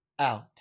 Out